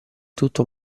tutto